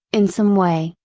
in some way,